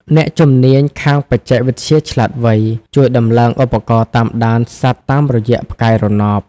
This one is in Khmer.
អ្នកជំនាញខាងបច្ចេកវិទ្យាឆ្លាតវៃ ជួយដំឡើងឧបករណ៍តាមដានសត្វតាមរយៈផ្កាយរណប។